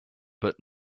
but